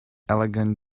elegant